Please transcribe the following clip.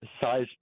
Size